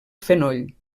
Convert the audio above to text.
fenoll